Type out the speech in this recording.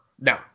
No